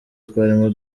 twarimo